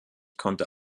konnte